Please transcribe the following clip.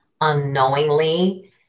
unknowingly